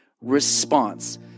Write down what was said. response